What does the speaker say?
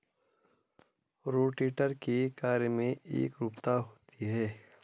rotator के कार्य में एकरूपता होती है